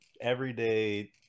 everyday